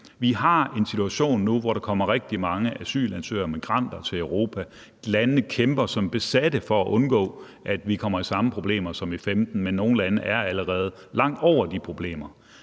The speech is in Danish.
Vi har en situation nu, hvor der kommer rigtig mange asylansøgere og migranter til Europa. Landene kæmper som besatte for at undgå, at vi kommer i samme problemer som i 2015, men nogle lande er allerede langt over de problemer.